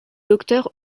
docteur